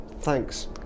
thanks